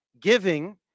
giving